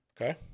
Okay